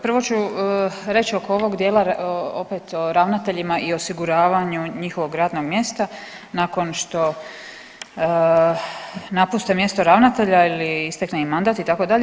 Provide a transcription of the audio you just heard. Prvo ću reć oko ovog dijela opet o ravnateljima i osiguravanju njihovog radnog mjesta nakon što napuste mjesto ravnatelja ili istekne im mandat itd.